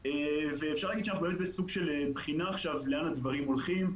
ואפשר להגיד שאנחנו בסוג של בחינה עכשיו לאן הדברים הולכים,